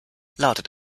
lautet